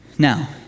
Now